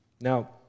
Now